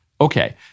Okay